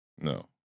No